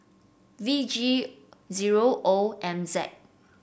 V G zero O M Z